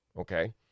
Okay